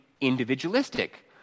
individualistic